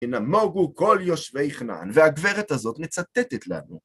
‫ונמוגו כל יושבי כנען, ‫והגברת הזאת מצטטת לנו.